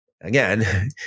again